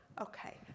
Okay